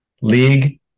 League